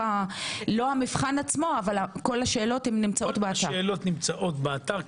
מונגשת כל השאלות באתר.